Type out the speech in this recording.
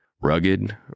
Rugged